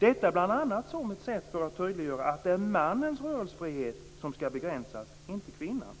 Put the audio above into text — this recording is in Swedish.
Detta är bl.a. ett sätt att tydliggöra att det är mannens rörelsefrihet som skall begränsas och inte kvinnas.